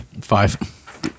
Five